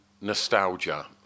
nostalgia